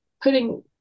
putting